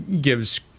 gives